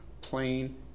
plain